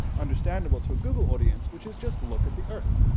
understandable to a google audience, which is just look at the earth.